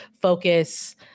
focus